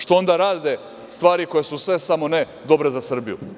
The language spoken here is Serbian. Što onda rade stvari koje su sve samo ne dobre za Srbiju?